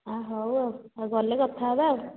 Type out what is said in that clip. ଅ ହଉ ଆଉ ମୁଁ ଗଲେ କଥା ହେବା ଆଉ